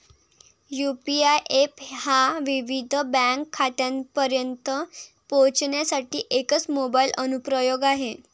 UPI app हा विविध bank खात्यांपर्यंत पोहोचण्यासाठी एकच मोबाइल अनुप्रयोग आहे